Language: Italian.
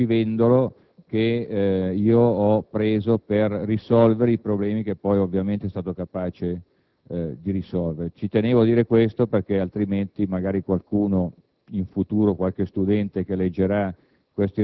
Questa è la verità dei fatti, questo è il «pescivendolo» che ho incaricato di risolvere i problemi, che ovviamente è stato capace di risolvere. Ci tenevo a dirlo, perché altrimenti magari in